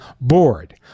bored